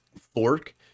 fork